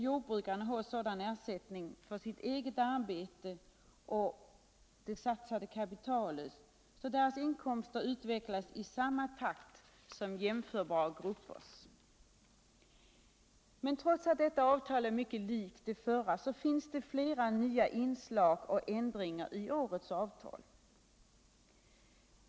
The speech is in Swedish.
Jordbrukarna skall ha sådan ersättning för sitt eget arbete och det satsade kapitalet att deras inkomster utvecklas i samma takt som jämförbara gruppers. : Men trots att detta avtal är mycket likt det förra finns det flera nya inslag och ändringar i årets avtal.